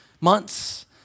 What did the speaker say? months